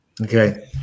Okay